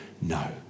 No